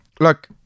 look